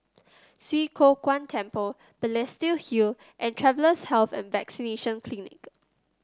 Swee Kow Kuan Temple Balestier Hill and Travellers' Health and Vaccination Clinic